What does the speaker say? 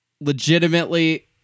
legitimately